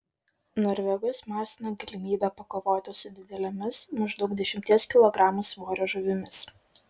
norvegus masina galimybė pakovoti su didelėmis maždaug dešimties kilogramų svorio žuvimis